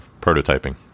prototyping